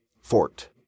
Fort